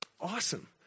awesome